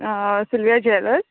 Surya jewellers